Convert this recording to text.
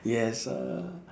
yes ah